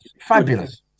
fabulous